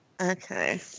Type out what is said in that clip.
Okay